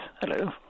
hello